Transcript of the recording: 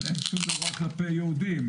אבל אין שום דבר כלפי יהודים?